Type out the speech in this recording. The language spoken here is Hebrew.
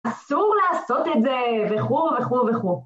אסור לעשות את זה, וכו' וכו' וכו'.